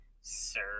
sir